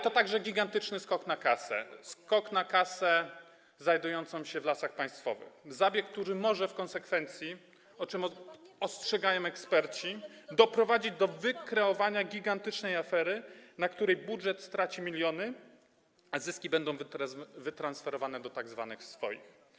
To także gigantyczny skok na kasę znajdującą się w Lasach Państwowych, zabieg, który może w konsekwencji, przed czym ostrzegają eksperci, doprowadzić do wykreowania gigantycznej afery, w przypadku której budżet straci miliony, a zyski będą wytransferowane do tzw. swoich.